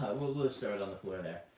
we'll we'll store it on the floor there.